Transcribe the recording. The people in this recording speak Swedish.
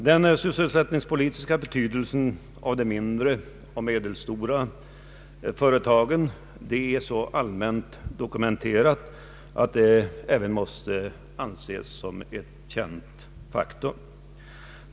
Den sysselsättningspolitiska betydelsen av de mindre och medelstora företagen är så allmänt dokumenterad att den måste anses som ett känt faktum.